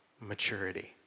maturity